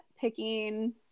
picking